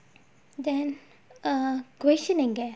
then err question எங்க:enga